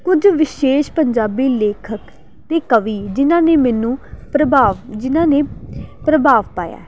ਕੁਝ ਵਿਸ਼ੇਸ਼ ਪੰਜਾਬੀ ਲੇਖਕ ਅਤੇ ਕਵੀ ਜਿਹਨਾਂ ਨੇ ਮੈਨੂੰ ਪ੍ਰਭਾਵ ਜਿਹਨਾਂ ਨੇ ਪ੍ਰਭਾਵ ਪਾਇਆ